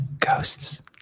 ghosts